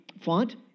font